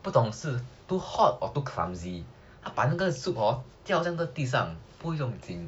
不懂是 too hot or too clumsy 他把那个 soup hor 掉在那个地上不用紧